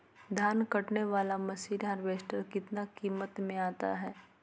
धान कटने बाला मसीन हार्बेस्टार कितना किमत में आता है?